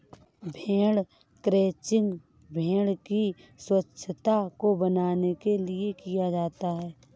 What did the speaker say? भेड़ क्रंचिंग भेड़ की स्वच्छता को बनाने के लिए किया जाता है